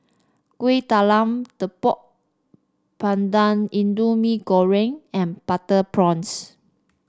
Kueh Talam Tepong Pandan Indian Mee Goreng and Butter Prawns